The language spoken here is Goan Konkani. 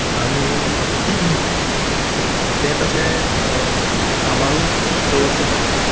आनी तें तशें सांबाळून दवरचे पडटा